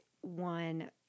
one